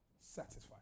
satisfied